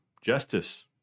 Justice